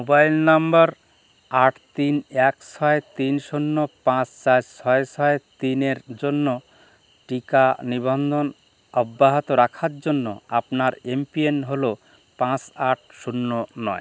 mobile number আট তিন এক ছয় তিন শূন্য পাঁচ চার ছয় ছয় তিনের জন্য টিকা নিবন্ধন অব্যাহত রাখার জন্য আপনার এমপিন হলো পাঁচ আট শূন্য নয়